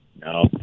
No